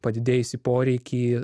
padidėjusį poreikį